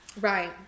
Right